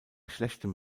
schlechtem